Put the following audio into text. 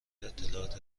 اطلاعات